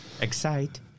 Excite